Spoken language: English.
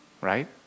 right